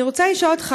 אני רוצה לשאול אותך,